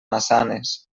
maçanes